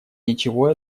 ничего